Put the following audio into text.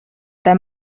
their